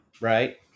right